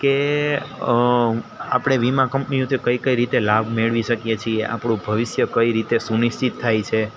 કે આપણે વીમા કંપનીઓ તે કઈ કઈ રીતે લાભ મેળવી શકીએ છીએ આપણું ભવિષ્ય કઈ રીતે સુનિશ્ચિત થાય છે